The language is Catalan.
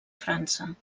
frança